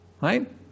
Right